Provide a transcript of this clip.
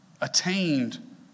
attained